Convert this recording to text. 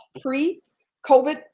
pre-COVID